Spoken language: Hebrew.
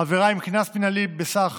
עבירה עם קנס מינהלי בסך